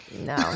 No